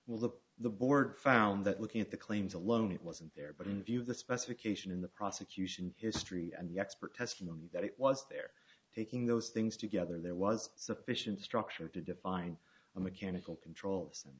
look the board found that looking at the claims alone it wasn't there but in view of the specification in the prosecution history and the expert testimony that it was there taking those things together there was sufficient structure to define a mechanical control